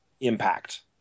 impact